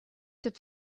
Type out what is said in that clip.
have